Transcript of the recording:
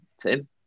Tim